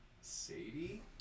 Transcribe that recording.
Sadie